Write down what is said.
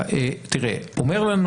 אומר לנו